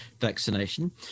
vaccination